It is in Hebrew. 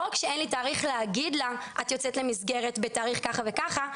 לא רק שאין לי תאריך להגיד לה את יוצאת למסגרת בתאריך ככה וככה,